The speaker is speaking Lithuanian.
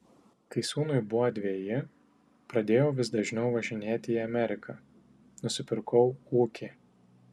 kai sūnui buvo dveji pradėjau vis dažniau važinėti į ameriką nusipirkau ūkį